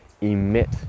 emit